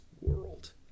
world